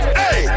hey